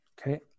Okay